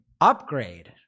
upgrade